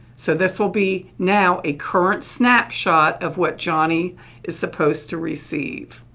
so, this will be now a current spapshot of what johnny is supposed to receive.